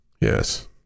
Yes